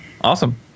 Awesome